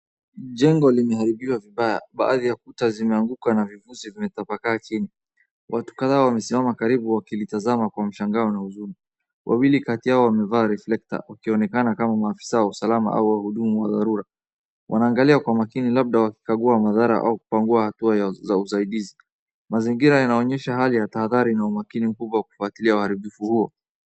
Jengo limeharibiwa vibaya baadhi ya kuta zinanaguka watu kadhaa wamesimama karibu wakilitazama kwa mshangao na huzuni wawili kati yao wamevaa reflector wakionekana kama maafisa wa usalama au wahudumu wa dharura wanaangalia kwa makini labda wakikagua maadhara au kupangua hatua za usaindizi mazingila ya naonyesha hali ya taadhari na umakini kufuatilia uharibifu huo.